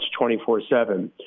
24-7